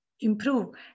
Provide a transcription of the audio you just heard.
improve